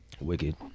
Wicked